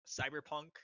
Cyberpunk